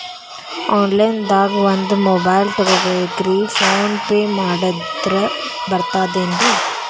Online ದಾಗ ಒಂದ್ mobile ತಗೋಬೇಕ್ರಿ ಫೋನ್ ಪೇ ಮಾಡಿದ್ರ ಬರ್ತಾದೇನ್ರಿ?